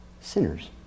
sinners